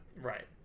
Right